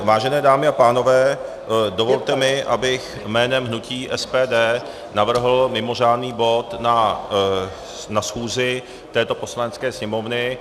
Vážené dámy a pánové, dovolte mi, abych jménem hnutí SPD navrhl mimořádný bod na schůzi této Poslanecké sněmovny.